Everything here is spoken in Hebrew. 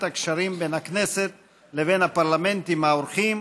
הקשרים בין הכנסת לבין הפרלמנטים האורחים,